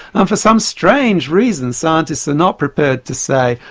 um for some strange reason scientists are not prepared to say,